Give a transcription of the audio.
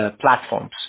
platforms